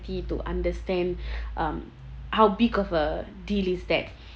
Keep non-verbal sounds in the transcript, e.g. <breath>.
to understand <breath> um how big of a deal is that